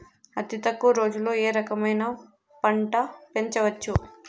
అతి తక్కువ రోజుల్లో ఏ రకమైన పంట పెంచవచ్చు?